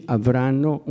avranno